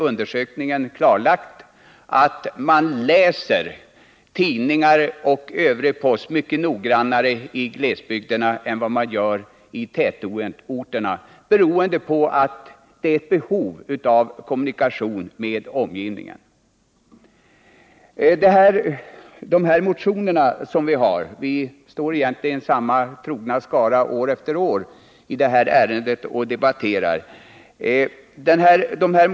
Undersökningen har klarlagt att man läser tidningar och övrig post mycket noggrannare i glesbygderna än vad man gör i tätorterna beroende på att det finns ett behov av kommunikation med omgivningen. Det är egentligen samma trogna skara år efter år som står här och debatterar denna fråga.